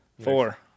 Four